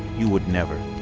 you would never.